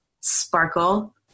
sparkle